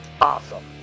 Awesome